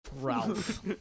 Ralph